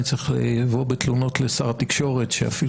אני צריך לבוא בתלונות לשר התקשורת שאפילו